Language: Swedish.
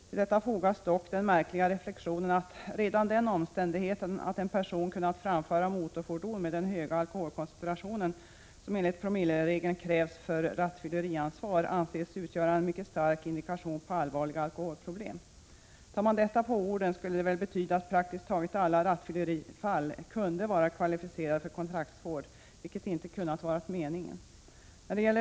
Till detta fogas dock den märkliga reflexionen att ”redan den omständigheten att en person kunnat framföra motorfordon med den höga alkoholkoncentration som enligt promilleregeln krävs för rattfylleriansvar anses utgöra en mycket stark indikation på allvarliga alkoholproblem”. Tar man propositionen på orden skulle detta väl betyda att praktiskt taget alla rattfyllerifall kunde vara kvalficerade för kontraktsvård, vilket inte kunnat vara meningen.